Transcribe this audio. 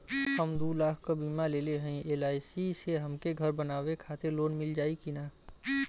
हम दूलाख क बीमा लेले हई एल.आई.सी से हमके घर बनवावे खातिर लोन मिल जाई कि ना?